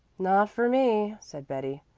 not for me, said betty,